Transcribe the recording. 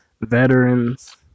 veterans